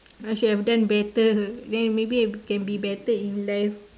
I should have done better than maybe can be better in life